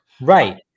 right